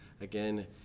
again